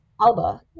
Alba